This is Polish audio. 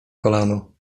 kolano